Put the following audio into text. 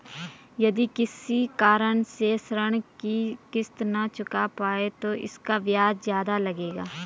यदि किसी कारण से ऋण की किश्त न चुका पाये तो इसका ब्याज ज़्यादा लगेगा?